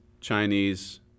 Chinese